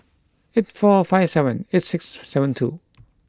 eight four five seven eight six seven two